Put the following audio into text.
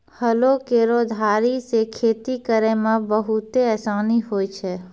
हलो केरो धारी सें खेती करै म बहुते आसानी होय छै?